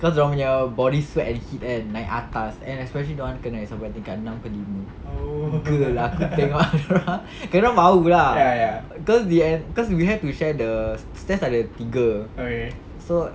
cause dorang punya body sweat and heat kan naik atas and especially dorang kena sampai tingkat enam ke lima girl aku tengok dorang you know bau lah cause they have cause we have to share the stairs ada tiga so